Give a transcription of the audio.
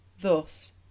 Thus